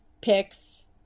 picks